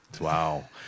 Wow